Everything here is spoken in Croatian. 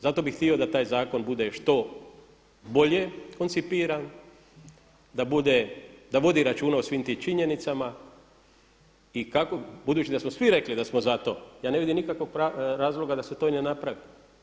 Zato bi htio da taj zakon bude što bolje koncipiran, da vodi računa o svim tim činjenicama i budući da smo svi rekli da smo za to, ja ne vidim nikakvog razloga se to i ne napravi.